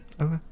Okay